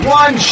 one